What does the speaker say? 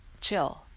chill